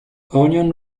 onion